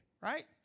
right